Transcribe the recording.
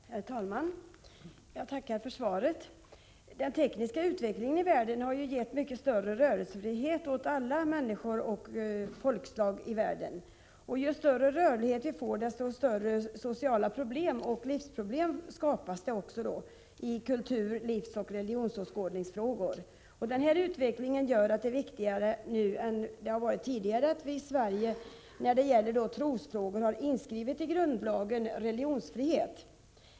Herr talman! Jag tackar för svaret. Den tekniska utvecklingen i världen har gett mycket större rörelsefrihet åt alla människor och folkslag. Ju större rörlighet vi får, desto större sociala problem och livsproblem skapas genom skillnader i kultur-, livsoch religionsåskådning. Denna utveckling gör att det är viktigare nu än det har varit tidigare när det gäller trosfrågor att vi i Sverige har religionsfriheten inskriven i grundlagen.